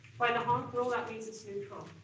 by the honc rule that means it's neutral.